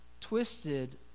twisted